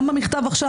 גם המכתב עכשיו,